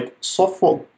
software